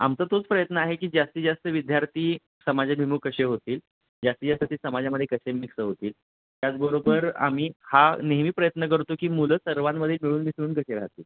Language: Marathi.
आमचा तोच प्रयत्न आहे की जास्तीत जास्त विद्यार्थी समाजाभिमुख कसे होतील जास्तीत जास्त ते समाजामध्ये कसे मिक्स होतील त्याचबरोबर आम्ही हा नेहमी प्रयत्न करतो की मुलं सर्वांमध्ये मिळून मिसळून कसे राहतील